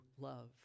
love